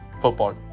football